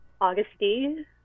Augustine